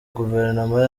guverinoma